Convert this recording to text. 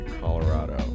Colorado